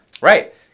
Right